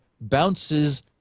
bounces